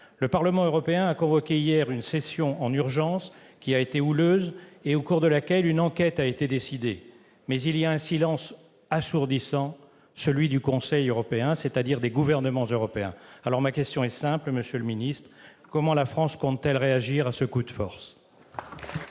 Le Parlement européen a convoqué hier une session en urgence qui a été houleuse et au cours de laquelle une enquête a été décidée. Mais le silence du Conseil européen, qui représente les gouvernements européens, est assourdissant. Ma question est simple, monsieur le ministre : comment la France compte-t-elle réagir à ce coup de force ?